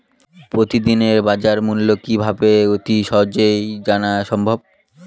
প্রতিদিনের বাজারমূল্য কিভাবে অতি সহজেই জানা সম্ভব?